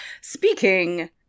Speaking